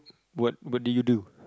what what did you do